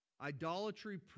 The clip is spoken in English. idolatry